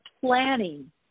planning